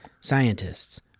scientists